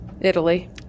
Italy